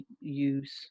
use